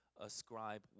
ascribe